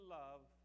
love